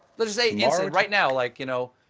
let's say yeah so right now, like you know